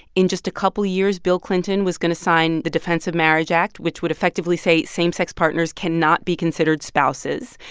in just a couple years, bill clinton was going to sign the defense of marriage act, which would effectively say same-sex partners cannot be considered spouses.